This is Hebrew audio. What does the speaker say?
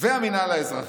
והמינהל האזרחי.